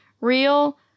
Real